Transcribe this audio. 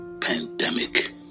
pandemic